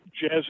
jazz